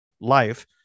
life